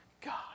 God